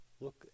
look